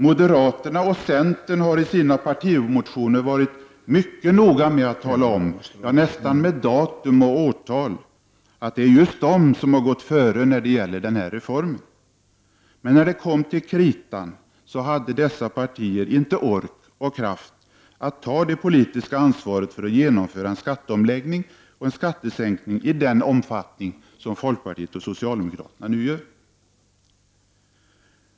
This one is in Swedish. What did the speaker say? Moderaterna och centern är i sina partimotioner mycket noga — så när som på datum och årtal — med att tala om att det är just de som har banat väg för denna reform. Men när det kommer till kritan har dessa partier varken ork eller kraft att ta det politiska ansvaret för ett genomförande av en skatteomläggning och en skattesänkning i den omfattning som folkpartiet och socialdemokraterna nu gör.